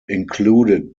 included